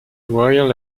royal